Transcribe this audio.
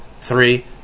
Three